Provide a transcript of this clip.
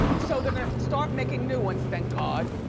so they're gonna start making new ones, thank god.